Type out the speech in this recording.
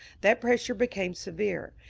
that pressure became severe,